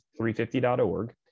350.org